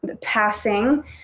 passing